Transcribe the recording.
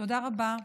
תודה רבה.